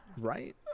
Right